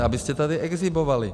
Abyste tady exhibovali.